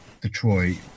Detroit